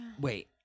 Wait